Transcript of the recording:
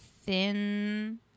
thin